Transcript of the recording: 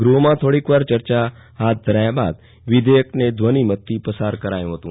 ગૃહમાં થોડીકવાર ચર્ચા હાથ ધરાયા બાદ વિધેયકને ધ્વનિમતથી પસાર કરાયું હતું